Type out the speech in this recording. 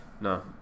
No